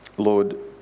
Lord